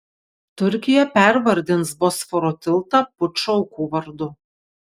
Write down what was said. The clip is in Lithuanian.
turkija pervardins bosforo tiltą pučo aukų vardu